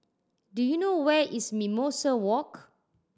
do you know where is Mimosa Walk